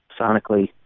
sonically